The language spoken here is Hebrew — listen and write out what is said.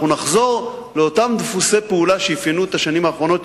אנחנו נחזור לאותם דפוסי פעולה שאפיינו את השנים האחרונות,